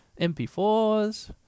MP4s